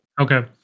Okay